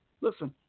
listen